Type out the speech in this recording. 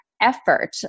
effort